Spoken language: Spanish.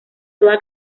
toda